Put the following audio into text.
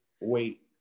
Wait